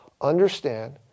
understand